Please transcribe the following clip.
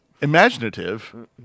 Imaginative